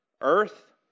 earth